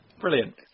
Brilliant